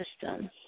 system